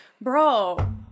bro